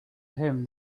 him